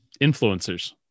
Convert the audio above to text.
influencers